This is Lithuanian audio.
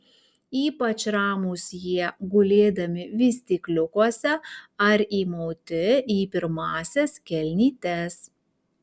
ypač ramūs jie gulėdami vystykliukuose ar įmauti į pirmąsias kelnytes